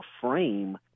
frame